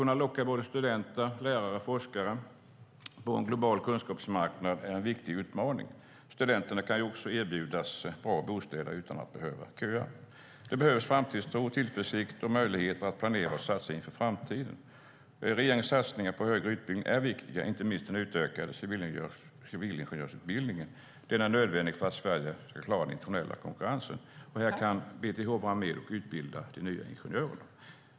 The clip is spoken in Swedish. Att locka studenter, lärare och forskare på en global kunskapsmarknad är en viktig utmaning. Studenterna kan också erbjudas bra bostäder utan att behöva köa. Det behövs framtidstro, tillförsikt och möjligheter att planera och satsa inför framtiden. Regeringens satsningar på högre utbildning, inte minst den utökade civilingenjörsutbildningen, är nödvändig för att Sverige ska klara den internationella konkurrensen. Här kan BTH vara med och utbilda de nya ingenjörerna.